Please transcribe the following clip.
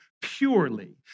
purely